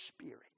spirit